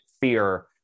fear